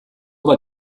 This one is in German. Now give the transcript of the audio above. war